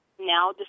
now